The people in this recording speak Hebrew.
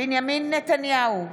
בנימין נתניהו,